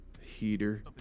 heater